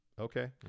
Okay